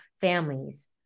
families